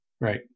right